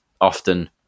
often